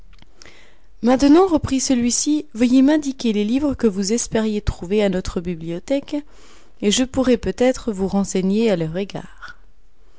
maintenant reprit celui-ci veuillez m'indiquer les livres que vous espériez trouver à notre bibliothèque et je pourrai peut-être vous renseigner à leur égard